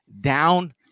down